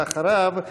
ואחריו,